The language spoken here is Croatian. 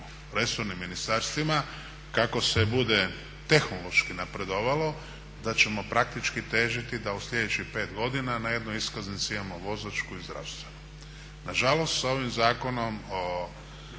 resornim ministarstvima kako se bude tehnološki napredovalo da ćemo praktički težiti da u sljedećih 5 godina na jednoj iskaznici imamo vozačku i zdravstvenu. Nažalost s ovim Zakonom o